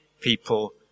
people